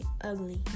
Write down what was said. ugly